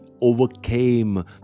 overcame